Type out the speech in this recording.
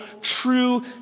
true